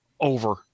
over